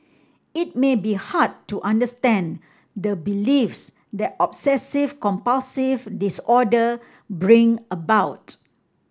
it may be hard to understand the beliefs that obsessive compulsive disorder bring about